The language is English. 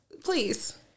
please